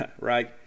right